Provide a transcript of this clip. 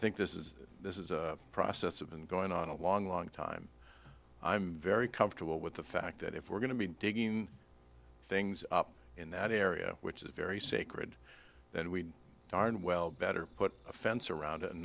think this is this is a process of been going on a long long time i'm very comfortable with the fact that if we're going to be digging things up in that area which is very sacred then we darn well better put a fence around